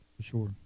Sure